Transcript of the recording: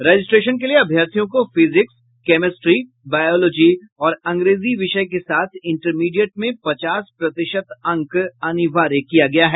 registration के लिये अभ्यर्थियों को फिजिक्स केमेस्ट्री बायोलॉजी और अंग्रेजी विषय के साथ इंटरमीडिएट में पचास प्रतिशत अंक अनिवार्य किया गया है